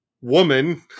woman